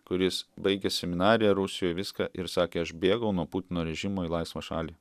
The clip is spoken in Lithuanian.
kuris baigė seminariją rusijoj viską ir sakė aš bėgau nuo putino režimo į laisvą šalį